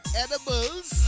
edibles